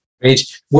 Great